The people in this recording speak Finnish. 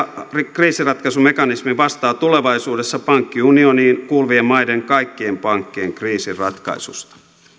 kriisinratkaisumekanismi vastaa tulevaisuudessa pankkiunioniin kuuluvien maiden kaikkien pankkien kriisinratkaisusta